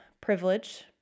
privilege